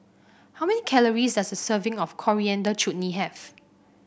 how many calories does a serving of Coriander Chutney have